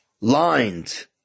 lined